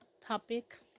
topic